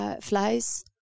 flies